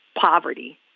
poverty